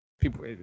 People